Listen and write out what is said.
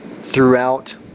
throughout